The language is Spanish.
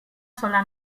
sola